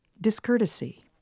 Discourtesy